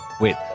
Wait